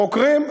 חוקרים.